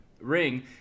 ring